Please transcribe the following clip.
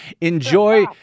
Enjoy